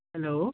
hello